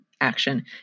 action